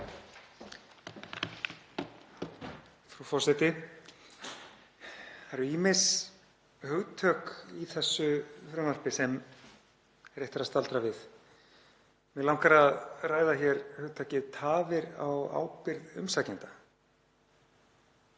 Frú forseti. Það eru ýmis hugtök í þessu frumvarpi sem rétt er að staldra við. Mig langar að ræða hér hugtakið tafir á ábyrgð umsækjenda,